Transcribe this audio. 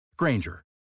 Granger